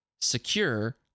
secure